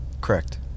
Correct